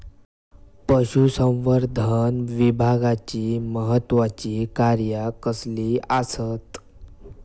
पशुसंवर्धन विभागाची महत्त्वाची कार्या कसली आसत?